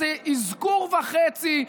איזה אזכור וחצי.